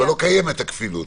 אבל לא קיימת הכפילות.